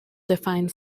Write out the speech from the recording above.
defined